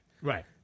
Right